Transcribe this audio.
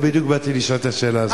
בדיוק באתי לשאול את השאלה הזאת.